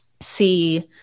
see